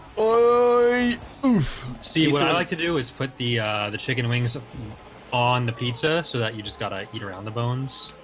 oh see what i'd like to do is put the the chicken wings on the pizza so that you just gotta eat around the bones